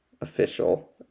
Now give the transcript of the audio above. official